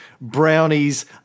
brownies